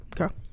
Okay